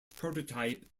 prototype